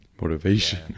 motivation